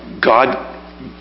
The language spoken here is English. God